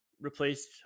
replaced